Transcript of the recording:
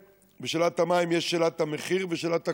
בשאלת המים יש שאלת המחיר ושאלת הכמות.